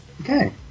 Okay